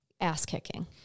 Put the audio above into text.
ass-kicking